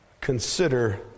Consider